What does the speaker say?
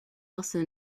also